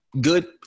good